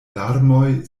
larmoj